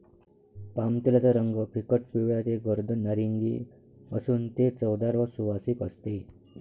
पामतेलाचा रंग फिकट पिवळा ते गर्द नारिंगी असून ते चवदार व सुवासिक असते